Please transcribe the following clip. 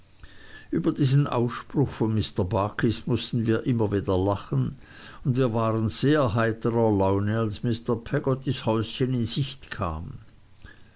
über diesen ausspruch von mr barkis mußten wir immer wieder lachen und wir waren sehr heiterer laune als mr peggottys häuschen in sicht kam